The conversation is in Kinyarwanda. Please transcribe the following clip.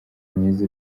mwiza